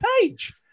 page